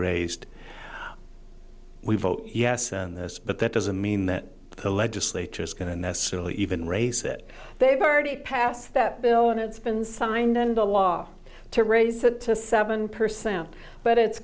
raised we vote yes on this but that doesn't mean that the legislature is going to necessarily even raise it they've already passed that bill and it's been signed into law to raise that seven percent but it's